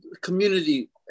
community